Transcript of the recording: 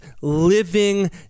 living